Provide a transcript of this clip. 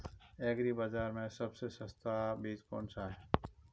Agree बाज़ार में सबसे सस्ता बीज कौनसा है?